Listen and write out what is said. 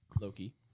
Loki